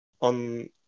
on